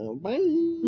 Bye